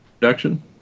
production